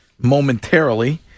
momentarily